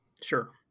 Sure